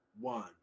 one